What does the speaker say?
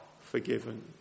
forgiven